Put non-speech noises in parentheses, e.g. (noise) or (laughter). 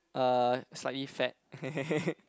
uh slightly fat (laughs)